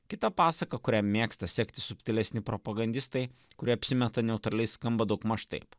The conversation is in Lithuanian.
kita pasaka kuria mėgsta sekti subtilesni propagandistai kurie apsimeta neutraliais skamba daugmaž taip